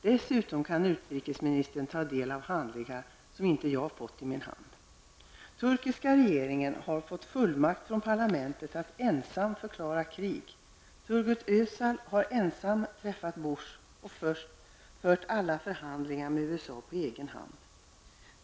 Dessutom kan utrikesministern ta del av handlingar som inte jag har fått i min hand. Turkiska regeringen har fått fullmakt från parlamentet att ensam förklara krig. Turgut Özal har ensam träffat Bush och fört alla förhandlingar med USA på egen hand.